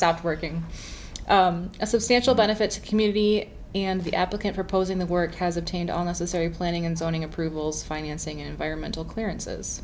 stop working a substantial benefits community and the applicant proposing the work has attained on necessary planning and zoning approvals financing environmental clearances